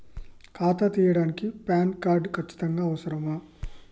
ఖాతా తీయడానికి PAN card ఖచ్చితంగా అవసరమా?